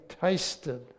tasted